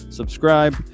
subscribe